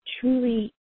truly